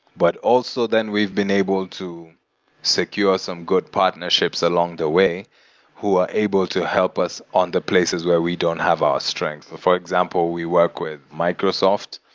but also, then, we've been able to secure some good partnerships along the way who are able to help us on the places where we don't have our strength. for for example, we work with microsoft,